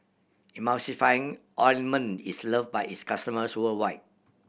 Emulsying Ointment is love by its customers worldwide